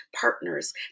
partners